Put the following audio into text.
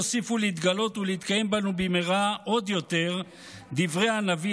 יוסיפו להתגלות ולהתקיים בנו במהרה עוד יותר דברי הנביא